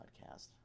podcast